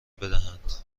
بدهند